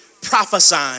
prophesying